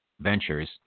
ventures